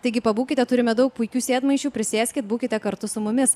taigi pabūkite turime daug puikių sėdmaišių prisėskit būkite kartu su mumis